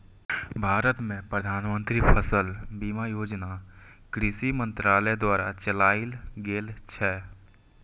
भारत मे प्रधानमंत्री फसल बीमा योजना कृषि मंत्रालय द्वारा चलाएल गेल छै